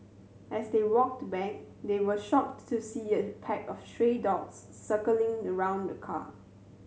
as they walked back they were shocked to see a pack of stray dogs circling around the car